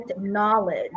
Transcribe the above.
knowledge